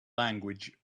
language